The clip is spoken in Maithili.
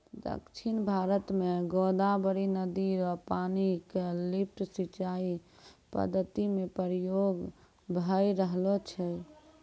दक्षिण भारत म गोदावरी नदी र पानी क लिफ्ट सिंचाई पद्धति म प्रयोग भय रहलो छै